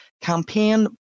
campaign